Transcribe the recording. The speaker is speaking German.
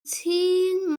zehn